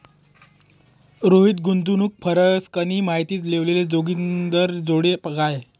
रोहित गुंतवणूकना परकारसनी माहिती लेवाले जोगिंदरजोडे गया